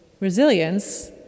resilience